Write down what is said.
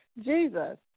Jesus